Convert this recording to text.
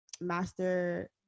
master